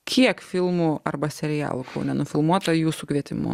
kiek filmų arba serialų kaune nufilmuota jūsų kvietimu